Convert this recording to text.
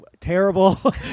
terrible